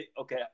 Okay